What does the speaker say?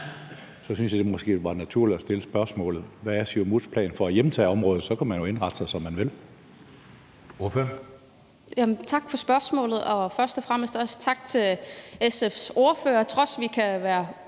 synes jeg, det måske var naturligt at stille spørgsmålet: Hvad er Siumuts plan for at hjemtage området? For så kunne man jo indrette sig, som man vil.